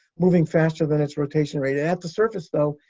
moving faster than its rotation rate. and at the surface, though,